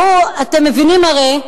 אתם מבינים, הרי,